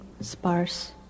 sparse